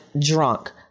drunk